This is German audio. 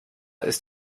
ist